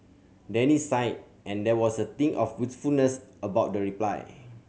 Danny sighed and there was a tinge of wistfulness about the reply